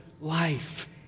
life